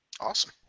Awesome